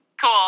Cool